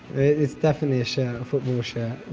it's definitely a shirt, a football shirt,